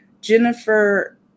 jennifer